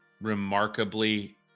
remarkably